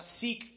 seek